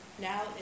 now